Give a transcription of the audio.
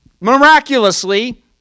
miraculously